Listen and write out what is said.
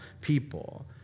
people